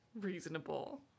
reasonable